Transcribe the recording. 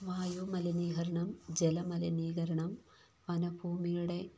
വായുമലിനീകരണം ജലമലിനീകരണം വനഭൂമിയുടെ